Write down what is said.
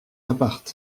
appart